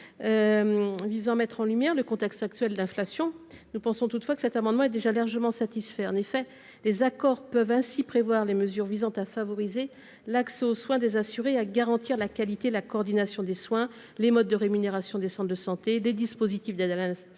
de cet amendement dans le contexte actuel d'inflation, nous pensons toutefois que celui-ci est déjà largement satisfait. En effet, les accords peuvent prévoir les mesures visant à favoriser l'accès aux soins des assurés, à garantir la qualité et la coordination des soins : modes de rémunération des centres de santé, dispositifs d'aide à l'installation